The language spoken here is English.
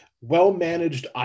well-managed